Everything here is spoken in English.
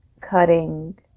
cutting